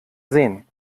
sehen